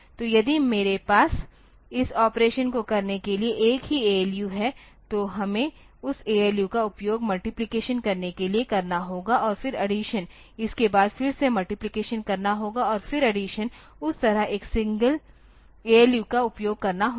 तो यदि मेरे पास इस ऑपरेशन को करने के लिए एक ही ALU है तो हमें उस ALU का उपयोग मल्टिप्लिकेशन करने के लिए करना होगा और फिर अडीसन इसके बाद फिर से मल्टिप्लिकेशन करना होगा और फिर अडीसन उस तरह एक सिंगल ALU का उपयोग करना होगा